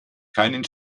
keinen